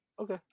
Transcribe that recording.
Okay